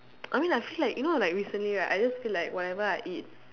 I mean like I feel like you know like recently right I just feel like whatever I eat